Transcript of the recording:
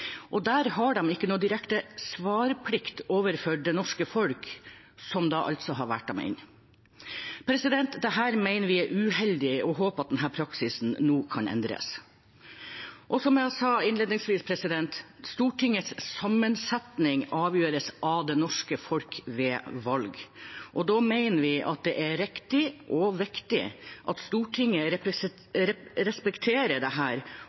ikke noen direkte «svarplikt» overfor det norske folk, som altså har valgt dem inn. Dette mener vi er uheldig, og vi håper at denne praksisen nå kan endres. Som jeg sa innledningsvis: Stortingets sammensetning avgjøres av det norske folk ved valg. Da mener vi at det er riktig og viktig at Stortinget respekterer